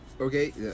okay